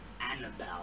Annabelle